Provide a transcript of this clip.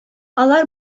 алар